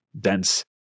dense